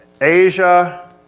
Asia